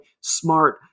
smart